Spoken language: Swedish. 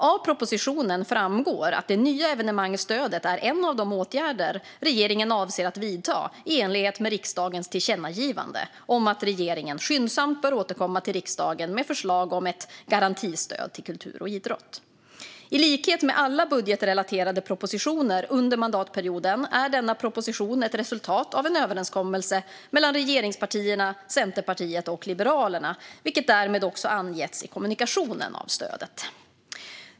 Av propositionen framgår att det nya evenemangsstödet är en av de åtgärder regeringen avser att vidta i enlighet med riksdagens tillkännagivande om att regeringen skyndsamt bör återkomma till riksdagen med förslag om ett garantistöd till kultur och idrott. I likhet med alla budgetrelaterade propositioner under mandatperioden är denna proposition ett resultat av en överenskommelse mellan regeringspartierna, Centerpartiet och Liberalerna, vilket därmed också angetts i kommunikationen av stödet.